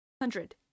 Hundred